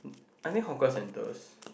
I mean hawker centers